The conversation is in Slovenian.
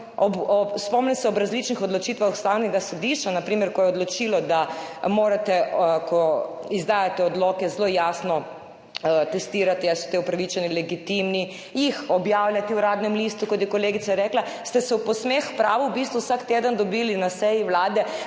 spomnim se, ob različnih odločitvah Ustavnega sodišča, na primer, ko je odločilo, da morate, ko izdajate odloke, zelo jasno testirati, ali so ti upravičeni, legitimni, jih objavljati v Uradnem listu, kot je kolegica rekla, ste se v posmeh pravu v bistvu vsak teden dobili na seji Vlade